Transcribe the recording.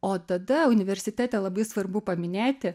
o tada universitete labai svarbu paminėti